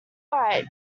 right